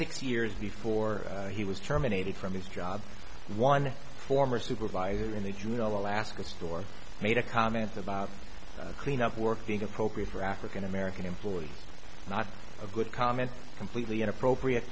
six years before he was terminated from his job one former supervisor in the juneau alaska store made a comment about cleanup work being appropriate for african american employees not a good comment completely inappropriate